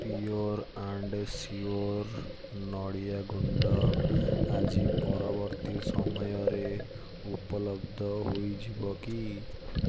pure and sure ନଡ଼ିଆ ଗୁଣ୍ଡ ଆଜି ପରବର୍ତ୍ତୀ ସମୟରେ ଉପଲବ୍ଧ ହୋଇଯିବ କି